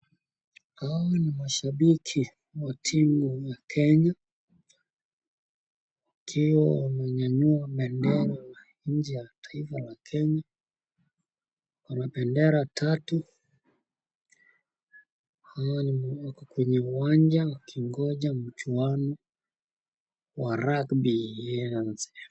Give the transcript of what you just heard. Hawa ni mashabiki wa timu ya Kenya, wakiwa wameinua bendera ya nchi ya Kenya . Wakona bendera tatu wakiwa kwenye uwanja wakigoja mchuano wa Rugby .